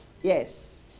Yes